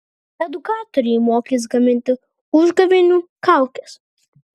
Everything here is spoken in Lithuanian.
edukatoriai mokys gaminti užgavėnių kaukes